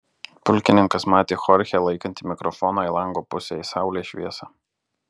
pulkininkas matė chorchę laikantį mikrofoną į lango pusę į saulės šviesą